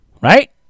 right